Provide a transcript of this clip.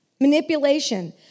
Manipulation